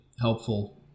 helpful